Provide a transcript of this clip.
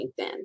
LinkedIn